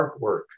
artwork